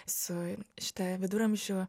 su šita viduramžių